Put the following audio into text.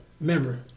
remember